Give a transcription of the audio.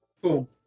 Boom